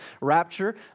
rapture